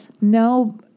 no